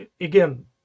again